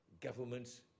governments